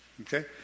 Okay